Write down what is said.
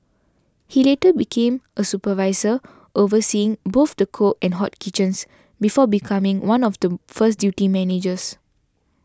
he later became a supervisor overseeing both the cold and hot kitchens before becoming one of the first duty managers